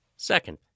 Second